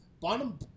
bottom